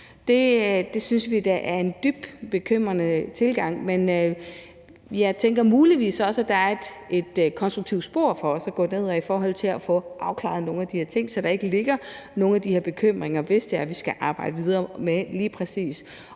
Det synes vi da er en dybt bekymrende tilgang, men jeg tænker muligvis også, at der er et konstruktivt spor for os at gå ned ad i forhold til at få afklaret nogle af de her ting, så der ikke ligger nogle af de her bekymringer, hvis det er, vi skal arbejde videre med lige præcis